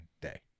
day